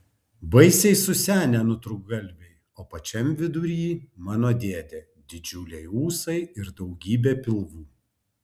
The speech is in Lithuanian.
baisiai susenę nutrūktgalviai o pačiam viduryje mano dėdė didžiuliai ūsai ir daugybė pilvų